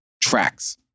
tracks